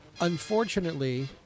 Unfortunately